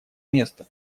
места